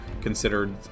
considered